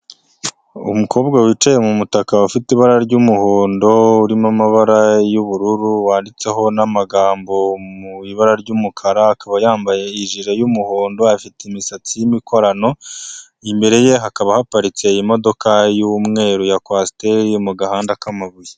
Umukobwa wicaye mu mutaka ufite ibara ry'umuhondo, urimo amabara y'ubururu, wanditseho n'amagambo mu ibara ry'umukara. Akaba yambaye ijire y'umuhondo, afite imisatsi yi'mikorano, imbere ye hakaba haparitse imodoka y'umweru ya kwasiteri, mu gahanda k'amabuye.